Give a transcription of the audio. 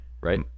Right